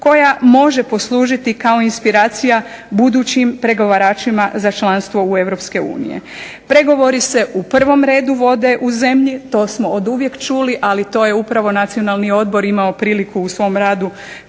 koja može poslužiti kao inspiracija budućim pregovaračima za članstvo u Europske unije. Pregovori se u prvom redu vode u zemlji. To smo oduvijek čuli, ali to je upravo Nacionalni odbor imao priliku u svom radu